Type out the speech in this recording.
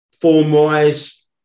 form-wise